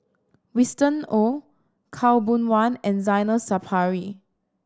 Winston Oh Khaw Boon Wan and Zainal Sapari